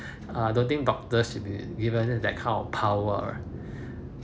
uh don't think doctor should be given that kind of power